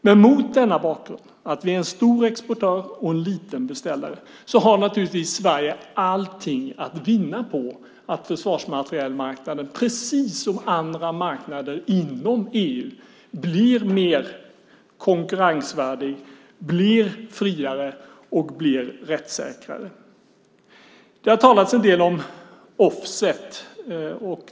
Men mot denna bakgrund att vi är en stor exportör och en liten beställare har naturligtvis Sverige allt att vinna på att försvarsmaterielmarknaden precis som andra marknader inom EU blir mer konkurrensvärdig, friare och rättssäkrare. Det har talats en del om offset .